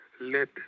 let